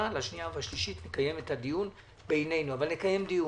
לקריאה השנייה והשלישית לקיים את הדיון בינינו אבל נקיים דיון.